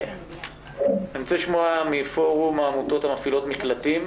אני רוצה לשמוע מפורום העמותות המפעילות מקלטים.